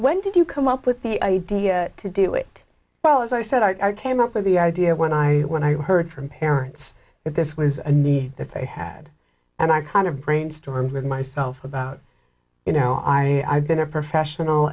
when did you come up with the idea to do it well as i said i came up with the idea when i when i heard from parents that this was a need that they had and i kind of brainstorm with myself about you know i i've been a professional